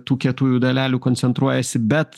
tų kietųjų dalelių koncentruojasi bet